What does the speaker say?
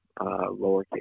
lowercase